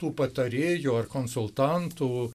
tų patarėjo ar konsultantų